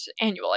annually